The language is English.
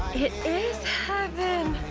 it is heaven!